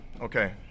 Okay